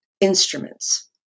instruments